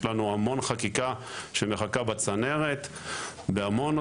יש לנו המון חקיקה שמחכה בצנרת בנושאים